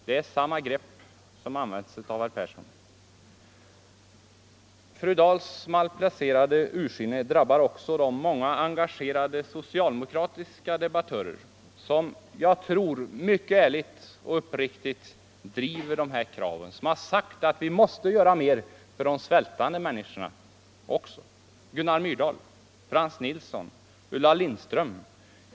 Det är samma grepp som herr Persson använde. Fru Dahls malplacerade ursinne drabbar också de många socialdemokratiska debattörer, som jag tror mycket ärligt och uppriktigt driver dessa krav och som har sagt att vi måste göra mer för de svältande människorna - Gunnar Myrdal, Frans Nilsson, Ulla Lindström.